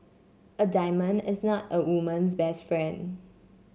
a diamond is not a woman's best friend